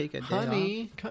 Honey